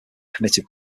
committed